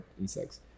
insects